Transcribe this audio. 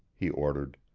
he ordered.